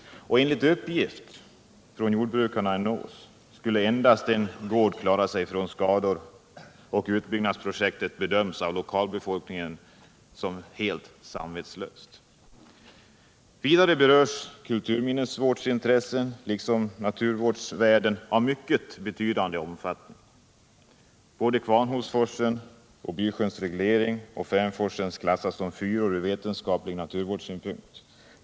Enligt uppgift från jordbrukarna i Nås skulle endast en gård klara sig från skador, och utbyggnadsprojektet bedöms av lokalbefolkningen som helt samvetslöst. Vidare berörs kulturminnesvårdsintressen liksom naturvårdsvärden av mycket betydande omfattning. Såväl Kvarnholsforsen som Bysjöns reglering och Fänforsen har från vetenskaplig naturvårdssynpunkt placerats i klass 4.